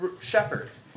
Shepherds